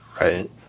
Right